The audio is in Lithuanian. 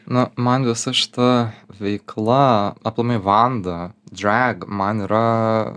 na man visa šita veikla aplamai vanda drag man yra